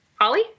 Holly